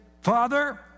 Father